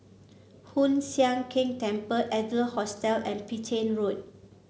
Hoon Sian Keng Temple Adler Hostel and Petain Road